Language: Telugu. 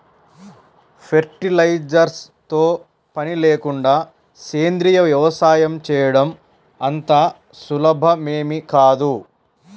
ఫెర్టిలైజర్స్ తో పని లేకుండా సేంద్రీయ వ్యవసాయం చేయడం అంత సులభమేమీ కాదు